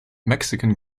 mexican